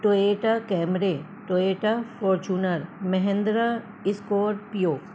Toyota Camry Toyota Fortuner Mahindra Scorpio